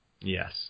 yes